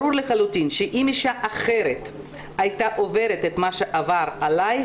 ברור לחלוטין שאם אישה אחרת הייתה עוברת את מה שעבר עליך,